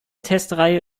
testreihe